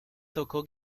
tocó